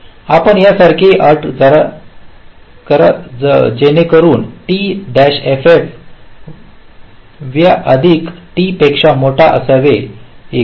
आपण या सारखे अट करा जेणेकरून t ff व्या अधिक t पेक्षा मोठे असावे सुरेश एकूण